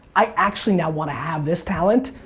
i actually now want to have this talent,